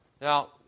Now